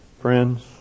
friends